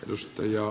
arvoisa puhemies